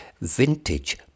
Vintage